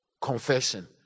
confession